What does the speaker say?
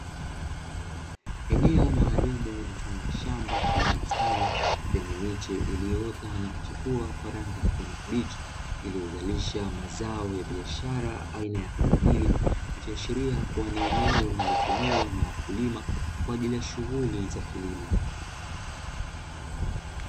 Eneo maalumu mfano wa shamba ama bustani lenye miche iliyoota na kuchipua kwa rangi ya kijani kibichi, iliyozalisha mazao ya biashara aina ya pilipili, ikiashiria kuwa ni eneo linalotumiwa na wakulima kwa ajili ya shughuli za kilimo.